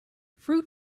fruit